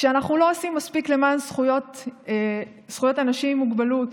כשאנחנו לא עושים מספיק למען זכויות אנשים עם מוגבלות,